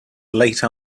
late